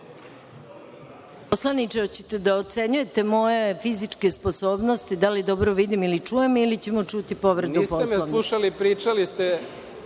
Poslaniče, da li ćete da ocenjujete moje fizičke sposobnosti da li dobro vidim ili čujem ili ćemo čuti povredu Poslovnika?